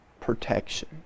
protection